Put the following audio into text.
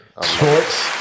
sports